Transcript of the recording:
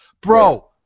bro